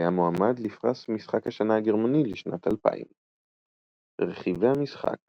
והיה מועמד לפרס משחק השנה הגרמני לשנת 2000. רכיבי המשחק